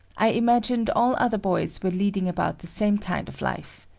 i imagined all other boys were leading about the same kind of life.